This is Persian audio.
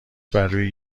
برروی